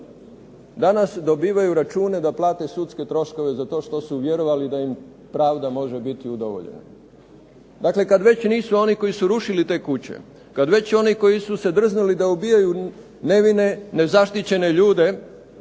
danas dobivaju račune za sudske troškove zato što su vjerovali da im pravda može biti udovoljena. Dakle, kada već nisu oni koji su rušili te kuće, kada već oni koji su se drznuli da ubijaju nevine nezaštićene ljude,